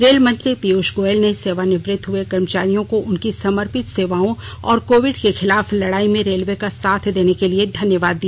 rail मंत्री पीयूष गोयल ने सेवानिवत्त हए कर्मचारियों को उनकी समर्पित सेवाओं और कोविड के खिलाफ लडाई में रेलवे का साथ देने के लिए धन्यवाद दिया